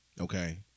Okay